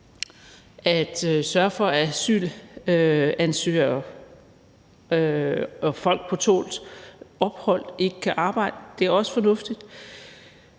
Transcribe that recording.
At sørge for, at asylansøgere og folk på tålt ophold ikke kan arbejde, er også fornuftigt.